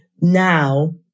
now